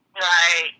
right